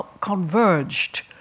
converged